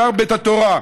שר בית התורה,